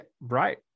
right